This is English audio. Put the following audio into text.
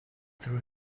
through